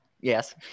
Yes